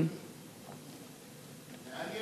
כמה זה עולה לצרכן?